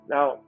Now